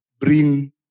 bring